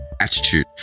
attitude